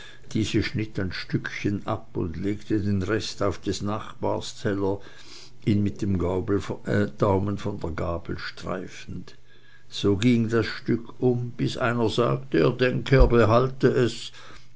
diese schnitt ein stückchen ab und legte den rest auf des nachbars teller ihn mit dem daumen von der gabel streifend so ging das stück um bis einer sagte er denke er behalte es